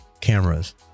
cameras